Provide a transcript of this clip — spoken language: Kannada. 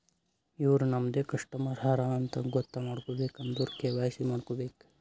ಇವ್ರು ನಮ್ದೆ ಕಸ್ಟಮರ್ ಹರಾ ಅಂತ್ ಗೊತ್ತ ಮಾಡ್ಕೋಬೇಕ್ ಅಂದುರ್ ಕೆ.ವೈ.ಸಿ ಮಾಡ್ಕೋಬೇಕ್